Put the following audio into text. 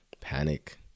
panic